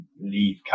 leave